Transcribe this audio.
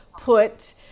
put